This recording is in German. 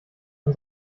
man